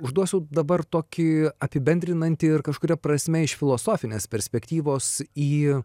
užduosiu dabar tokį apibendrinantį ir kažkuria prasme iš filosofinės perspektyvos į